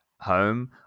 home